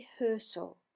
rehearsal